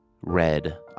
red